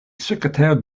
secrétaire